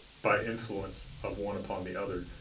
by influence of one upon the other,